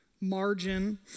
margin